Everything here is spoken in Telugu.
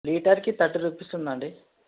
లీటర్కి తర్టీ రూపీస్ ఉందండి